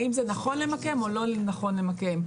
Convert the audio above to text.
אם זה נכון למקם או לא נכון למקם.